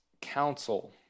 council